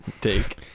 take